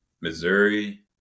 Missouri